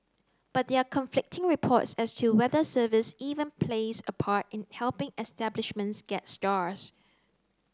but there are conflicting reports as to whether service even plays a part in helping establishments get stars